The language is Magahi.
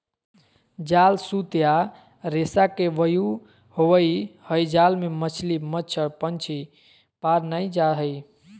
जाल सूत या रेशा के व्यूह होवई हई जाल मे मछली, मच्छड़, पक्षी पार नै जा हई